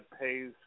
pays